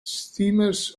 steamers